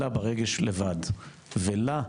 אלא ברגש לבד ולה,